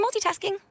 multitasking